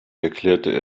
erklärte